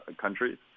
countries